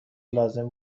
لازم